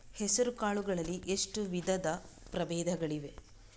ಹೆಸರುಕಾಳು ಗಳಲ್ಲಿ ಎಷ್ಟು ವಿಧದ ಪ್ರಬೇಧಗಳಿವೆ?